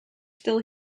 still